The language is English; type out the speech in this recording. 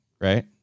right